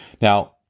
Now